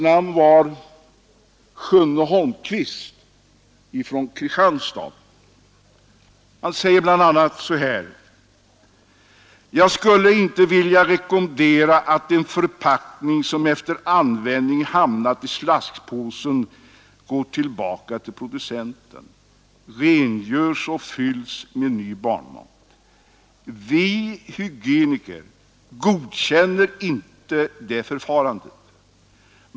Det var Sjunne Holmqvist från Kristianstad som sade bl.a. så här: ”Jag skulle inte vilja rekommendera att en förpackning som efter användningen hamnat i slaskpåsen går tillbaka till producenten, rengörs och fylls med ny barnmat. Vi hygieniker godkänner inte det förfarandet.